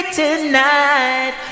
tonight